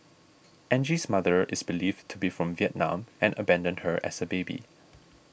Angie's mother is believed to be from Vietnam and abandoned her as a baby